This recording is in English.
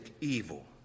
evil